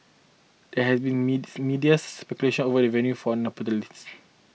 there has been meets media speculation over the venue for the nuptials